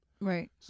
Right